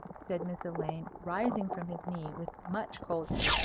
said miss elaine, rising from his knee, with much coldness,